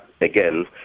again